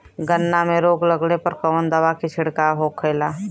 गन्ना में रोग लगले पर कवन दवा के छिड़काव होला?